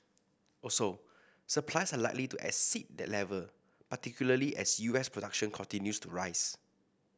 also supplies are likely to exceed that level particularly as U S production continues to rise